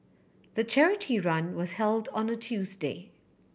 the charity run was held on a Tuesday